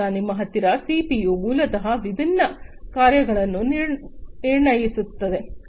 ನಂತರ ನಿಮ್ಮ ಹತ್ತಿರ ಸಿಪಿಯು ಮೂಲತಃ ವಿಭಿನ್ನ ಕಾರ್ಯಗಳನ್ನು ನಿರ್ಣಯಿಸುತ್ತದೆ